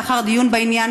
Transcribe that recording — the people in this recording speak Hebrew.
לאחר דיון בעניין,